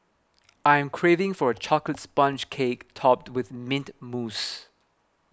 I am craving for a Chocolate Sponge Cake Topped with Mint Mousse